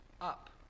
up